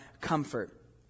comfort